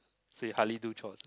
so you hardly do chores